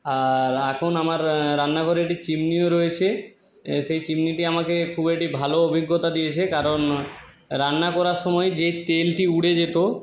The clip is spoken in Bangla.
আর এখন আমার রান্নাঘরে একটি চিমনিও রয়েছে সেই চিমনিটি আমাকে খুব একটি ভালো অভিজ্ঞতা দিয়েছে কারণ রান্না করার সময় যে তেলটি উড়ে যেত